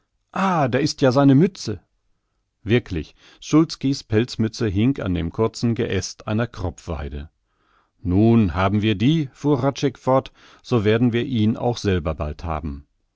ah da ist ja seine mütze wirklich szulski's pelzmütze hing an dem kurzen geäst einer kropfweide nun haben wir die fuhr hradscheck fort so werden wir ihn auch selber bald haben